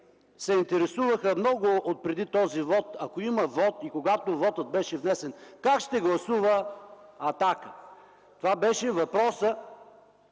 се интересуваха много преди този вот, ако има вот и когато вотът беше внесен – как ще гласува „Атака”? Това беше въпросът